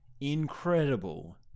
incredible